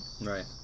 Right